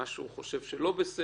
מה שהוא חושב שלא בסדר,